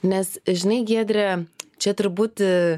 nes žinai giedre čia turbūt